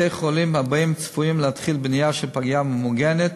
בתי-החולים הבאים שצפויים להתחיל בנייה של פגייה ממוגנת